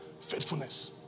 Faithfulness